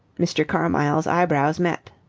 mr. carmyle's eyebrows met.